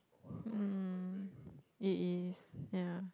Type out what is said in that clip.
hmm it is yeah